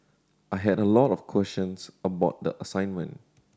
I had a lot of questions about the assignment